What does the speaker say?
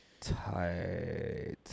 Tight